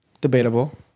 Debatable